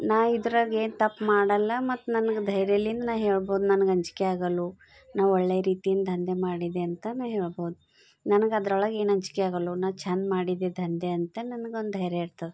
ನಾನು ಇದ್ರಾಗ ಏನು ತಪ್ಪು ಮಾಡಲ್ಲ ಮತ್ತು ನನಗೆ ಧೈರ್ಯದಿಂದ ನಾನು ಹೇಳ್ಬೋದು ನನ್ಗೆ ಅಂಜಿಕೆ ಆಗಲ್ವೋ ನಾನು ಒಳ್ಳೆ ರೀತಿಯಿಂದ ದಂಧೆ ಮಾಡಿದೆ ಅಂತ ನಾನು ಹೇಳ್ಬೋದು ನನಗೆ ಅದ್ರೊಳಗೆ ಏನು ಅಂಜಿಕೆ ಆಗಲ್ವೋ ನಾನು ಚೆಂದ ಮಾಡಿದೆ ದಂಧೆ ಅಂತ ನನಗೆ ಒಂದು ಧೈರ್ಯ ಇರ್ತದ